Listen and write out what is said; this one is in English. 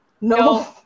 No